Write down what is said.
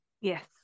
Yes